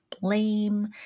blame